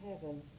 heaven